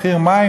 אותו מחיר מים,